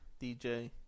DJ